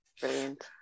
Brilliant